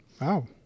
Wow